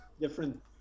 different